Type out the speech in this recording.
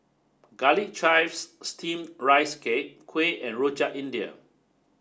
Garlic Chives Steamed Rice Cake Kuih and Rojak India